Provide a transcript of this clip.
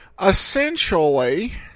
Essentially